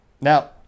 Now